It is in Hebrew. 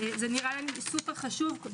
זה נראה לנו סופר חשוב,